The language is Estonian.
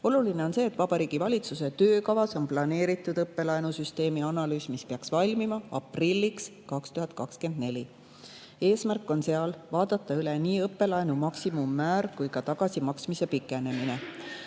Oluline on see, et Vabariigi Valitsuse töökavas on planeeritud õppelaenu süsteemi analüüs, mis peaks valmima aprilliks 2024. Eesmärk on seal üle vaadata nii õppelaenu maksimummäär kui ka tagasimaksmise pikendamine.